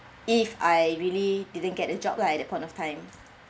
if I really didn't get a job lah at that point of time